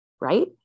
right